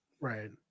Right